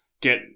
get